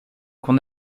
qu’on